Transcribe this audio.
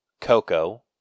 Coco